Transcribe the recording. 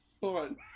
fun